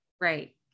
Right